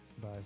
Bye